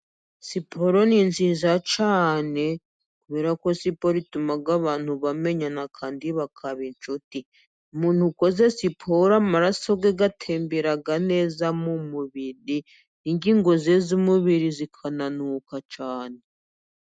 Siporo ni nziza cyane kubera ko siporo ituma abantu bamenyana kandi bakaba inshuti. Umuntu ukora siporo amaraso ye atembera neza mu mubiri ,ingingo ze z'umubiri zikananuka cyane.